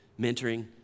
mentoring